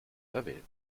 verwählt